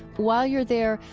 while you're there,